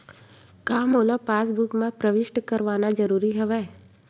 का मोला पासबुक म प्रविष्ट करवाना ज़रूरी हवय?